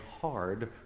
hard